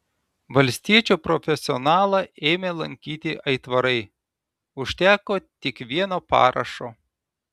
valstiečių profesionalą ėmė lankyti aitvarai užteko tik vieno parašo